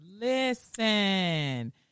Listen